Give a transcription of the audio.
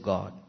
God